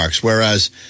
Whereas